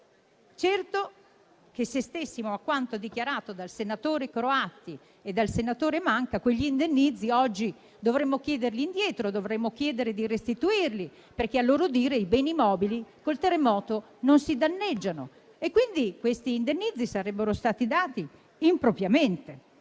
certo che se stessimo a quanto dichiarato dal senatore Croatti e dal senatore Manca, oggi quegli indennizzi dovremmo chiederli indietro, dovremmo chiedere di restituirli, perché a loro dire col terremoto i beni mobili non si danneggiano e pertanto tali indennizzi sarebbero stati dati impropriamente.